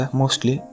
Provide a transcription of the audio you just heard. mostly